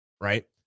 right